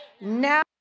Now